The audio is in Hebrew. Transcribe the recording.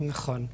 נכון.